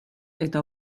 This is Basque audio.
eta